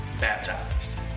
baptized